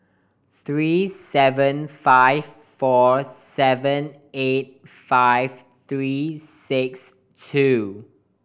three seven five four seven eight five three six two